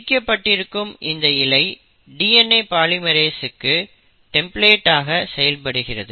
பிரிக்கப்பட்டிருக்கும் இந்த இழை DNA பாலிமெரேஸ்க்கு டெம்ப்ளேட் ஆக செயல்படுகிறது